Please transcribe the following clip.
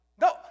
No